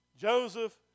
Joseph